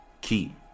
Keep